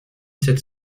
sept